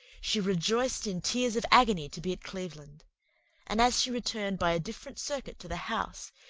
she rejoiced in tears of agony to be cleveland and as she returned by a different circuit to the house,